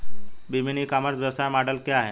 विभिन्न e commerce व्यवसाय model क्या हैं?